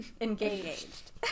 Engaged